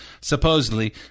Supposedly